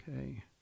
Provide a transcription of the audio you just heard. Okay